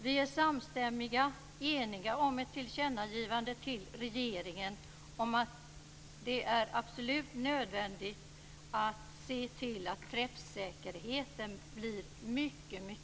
Vi är samstämmiga, eniga om ett tillkännagivande till regeringen om att det är absolut nödvändigt att träffsäkerheten blir mycket bättre.